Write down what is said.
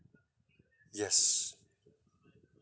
yes